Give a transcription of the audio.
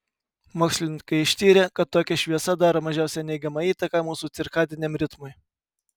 mokslininkai ištyrė kad tokia šviesa daro mažiausią neigiamą įtaką mūsų cirkadiniam ritmui